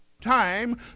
time